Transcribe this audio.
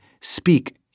speak